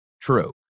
True